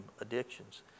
addictions